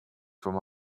from